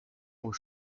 aux